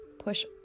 push